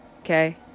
Okay